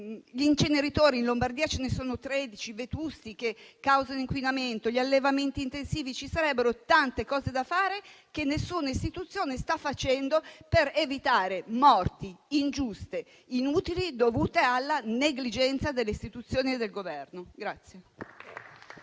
Di inceneritori in Lombardia ce ne sono 13 vetusti che causano inquinamento; ci sono gli allevamenti intensivi. Ci sarebbero tante cose da fare che nessuna istituzione sta facendo per evitare morti ingiuste e inutili, dovute alla negligenza delle istituzioni e del Governo.